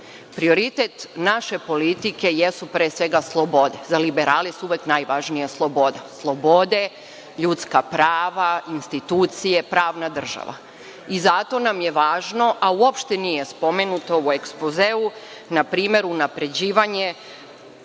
Prioritet naše politike jesu, pre svega, slobode. Za liberale su uvek najvažnije slobode, ljudska prava, institucije, pravna država. Zato nam je važno, a uopšte nije spomenuto u ekspozeu, npr. unapređivanje,